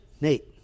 Nate